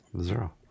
zero